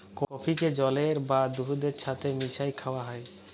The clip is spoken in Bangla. কফিকে জলের বা দুহুদের ছাথে মিশাঁয় খাউয়া হ্যয়